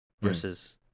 versus